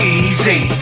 easy